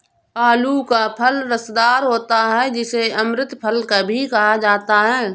आलू का फल रसदार होता है जिसे अमृत फल भी कहा जाता है